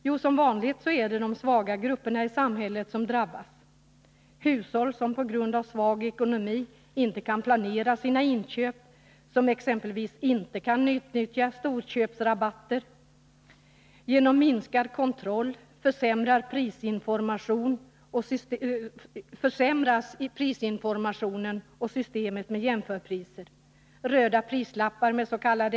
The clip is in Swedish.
Jo, som vanligt är det de svaga grupperna i samhället, t.ex. hushåll som på grund av svag ekonomi inte kan planera sina inköp, som exempelvis inte kan utnyttja storköpsrabatter. Till följd av en minskning av kontrollen försämras prisinformationen och systemet med jämförpriser. Röda prislappar meds.k.